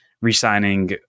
re-signing